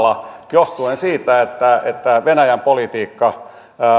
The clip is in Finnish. johtuen siitä että venäjän politiikka